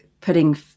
putting